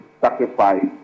sacrifice